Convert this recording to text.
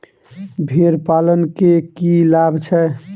भेड़ पालन केँ की लाभ छै?